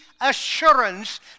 assurance